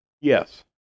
yes